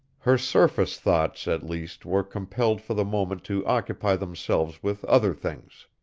her surface thoughts, at least, were compelled for the moment to occupy themselves with other things.